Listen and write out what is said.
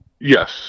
Yes